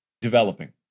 developing